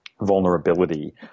vulnerability